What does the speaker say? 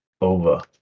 over